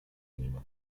nehmen